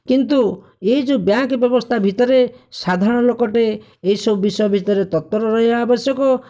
କିନ୍ତୁ ଏହି ଯେଉଁ ବ୍ୟାଙ୍କ ବ୍ୟବସ୍ଥା ଭିତରେ ସାଧାରଣ ଲୋକଟିଏ ଏହିସବୁ ବିଷୟ ଭିତରେ ତତ୍ପର ରହିବା ଆବଶ୍ୟକ